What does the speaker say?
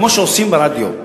כמו שעושים ברדיו.